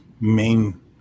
main